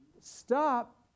stop